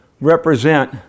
represent